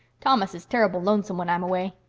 thomas is terrible lonesome when i'm away.